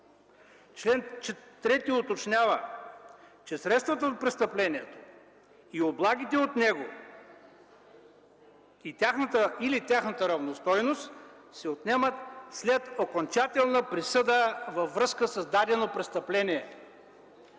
Член 3 уточнява, че средствата от престъплението и облагите от него или тяхната равностойност се отнемат след окончателна присъда във връзка с дадено престъпление.